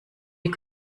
die